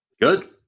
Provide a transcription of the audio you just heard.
Good